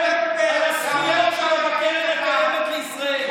לדבר על הזכויות שלו בקרן הקיימת לישראל.